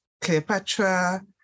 Cleopatra